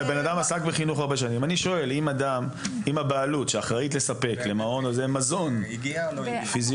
אם הבעלות שאחראית לספק למעון הזה מזון פיזיולוגי,